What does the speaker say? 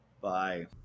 bye